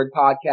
Podcast